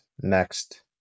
next